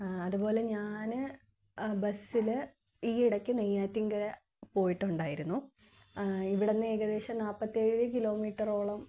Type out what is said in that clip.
അതുപോലെ ഞാൻ ബസ്സിൽ ഈ ഇടയ്ക്ക് നെയ്യാറ്റിൻകര പോയിട്ടുണ്ടായിരുന്നു ഇവിടെനിന്ന് ഏകദേശം നാല്പത്തേഴ് കിലോമീറ്ററോളം